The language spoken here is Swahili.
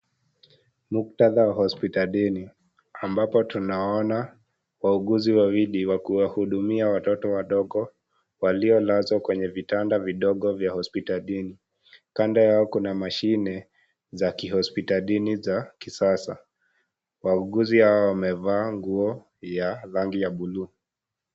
Muktatha wa hospitalini, ambapo tunaona, wauguzi wawili wa kuwahudumia watoto wadogo, walio lazwa kwenye vitanda vidogo vya hospitalini, kando yao kuna mashine za kihospitalini za, kisasa, wauguzi hao wamevaa nguo ya rangi ya buluu.